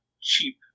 cheap